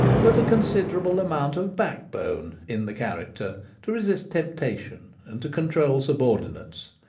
but a considerable amount of backbone in the character to resist temptation and to control subordinates.